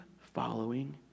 following